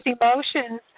emotions